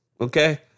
okay